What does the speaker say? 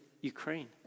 Ukraine